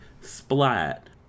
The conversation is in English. Splat